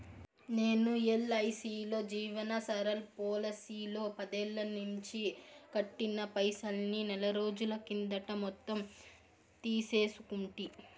నేను ఎల్ఐసీలో జీవన్ సరల్ పోలసీలో పదేల్లనించి కట్టిన పైసల్ని నెలరోజుల కిందట మొత్తం తీసేసుకుంటి